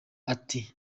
ati